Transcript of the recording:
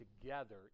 together